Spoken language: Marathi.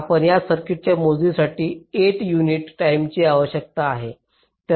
आता या सर्किटला मोजण्यासाठी 8 युनिट टाईमची आवश्यकता आहे